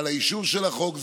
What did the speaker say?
על האישור של החוק.